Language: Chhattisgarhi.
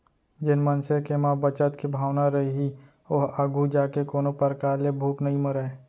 जेन मनसे के म बचत के भावना रइही ओहा आघू जाके कोनो परकार ले भूख नइ मरय